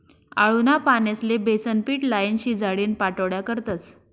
आळूना पानेस्ले बेसनपीट लाईन, शिजाडीन पाट्योड्या करतस